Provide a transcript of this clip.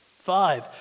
Five